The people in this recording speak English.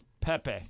Pepe